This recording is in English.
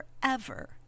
forever